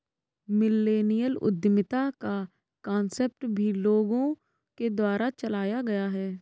millennial उद्यमिता का concept भी लोगों के द्वारा चलाया गया है